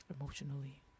emotionally